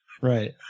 Right